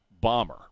bomber